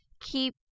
keep